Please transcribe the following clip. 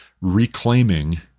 reclaiming